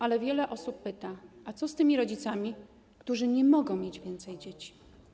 Ale wiele osób pyta: A co z tymi rodzicami, którzy nie mogą mieć więcej dzieci?